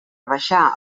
baixar